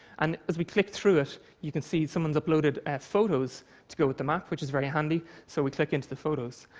and as we click through it, you can see someone's uploaded photos to go with the map, which is very handy, so we click into the photos.